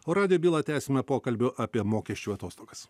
o radijo bylą tęsime pokalbiu apie mokesčių atostogas